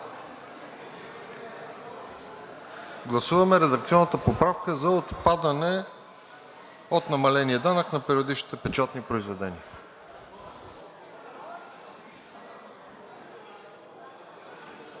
Гласуваме редакционната поправка за отпадане от намаления данък на периодичните печатни произведения.